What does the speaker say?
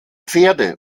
pferde